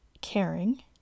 caring